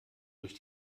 durch